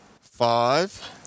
five